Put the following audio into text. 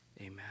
amen